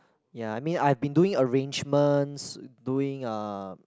ya I mean I've been doing arrangements doing um